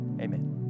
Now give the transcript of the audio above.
Amen